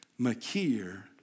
Makir